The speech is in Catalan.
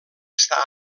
estar